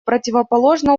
противоположно